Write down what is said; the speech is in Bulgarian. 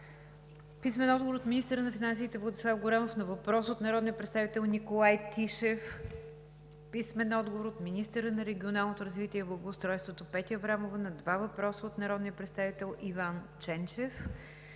Филип Попов; - министъра на финансите Владислав Горанов на въпрос от народния представител Николай Тишев; - министъра на регионалното развитие и благоустройството Петя Аврамова на два въпроса от народния представител Иван Ченчев;